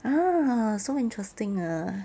orh so interesting ah